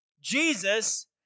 Jesus